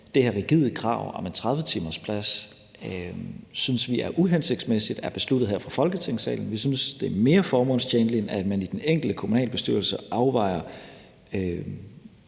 det her rigide krav om en 30-timersplads er besluttet her fra Folketingssalen. Vi synes, det er mere formålstjenligt, at man i den enkelte kommunalbestyrelse afvejer,